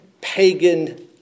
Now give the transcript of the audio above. pagan